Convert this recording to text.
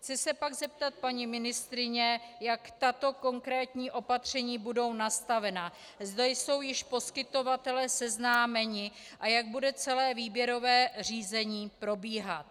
Chci se pak zeptat paní ministryně, jak tato konkrétní opatření budou nastavena, zda jsou již poskytovatelé seznámeni a jak bude celé výběrové řízení probíhat.